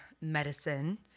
medicine